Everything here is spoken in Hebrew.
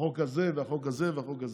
החוק הזה והחוק הזה והחוק הזה.